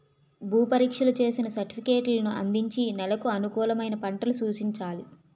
భూ పరీక్షలు చేసిన సర్టిఫికేట్లను అందించి నెలకు అనుకూలమైన పంటలు సూచించాలి